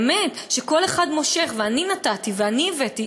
באמת, כל אחד מושך, ו"אני נתתי" ו"אני הבאתי".